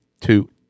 two